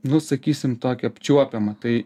nu sakysim tokią apčiuopiamą tai